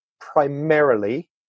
primarily